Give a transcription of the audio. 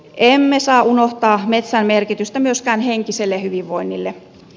emme saa unohtaa metsän merkitystä myöskään henkiselle hyvinvoinnille